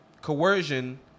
Coercion